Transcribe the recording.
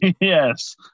Yes